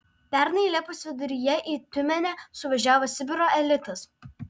pernai liepos viduryje į tiumenę suvažiavo sibiro elitas